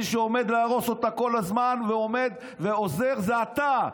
מי שעומד להרוס אותה כל הזמן ועוזר זה אתה.